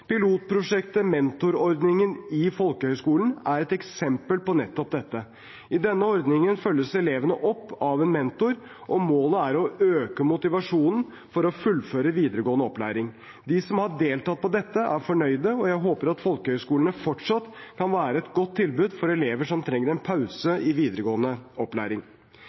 Pilotprosjektet Mentorordningen i folkehøgskolen er et eksempel på nettopp dette. I denne ordningen følges elevene opp av en mentor, og målet er å øke motivasjonen for å fullføre videregående opplæring. De som har deltatt på dette, er fornøyde, og jeg håper at folkehøyskolene fortsatt kan være et godt tilbud for elever som trenger en pause i videregående opplæring.